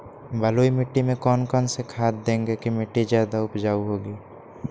बलुई मिट्टी में कौन कौन से खाद देगें की मिट्टी ज्यादा उपजाऊ होगी?